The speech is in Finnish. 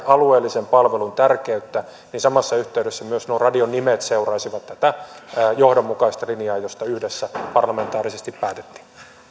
vahvistettu alueellisen palvelun tärkeyttä niin samassa yhteydessä myös nuo radionimet seuraisivat tätä johdonmukaista linjaa josta yhdessä parlamentaarisesti päätettiin